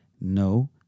no